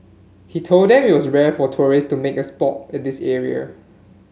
he told them it was rare for tourist to make a sport at this area